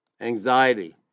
anxiety